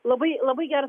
labai labai geras